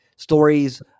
stories